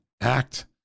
act